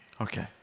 Okay